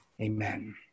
Amen